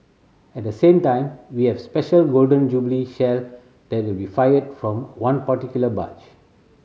at the same time we have special Golden Jubilee Shell that will be fired from one particular barge